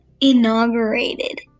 inaugurated